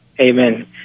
Amen